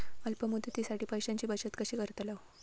अल्प मुदतीसाठी पैशांची बचत कशी करतलव?